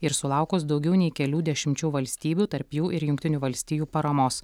ir sulaukus daugiau nei kelių dešimčių valstybių tarp jų ir jungtinių valstijų paramos